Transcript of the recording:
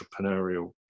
entrepreneurial